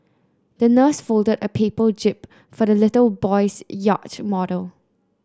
the nurse folded a paper jib for the little boy's yacht model